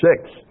six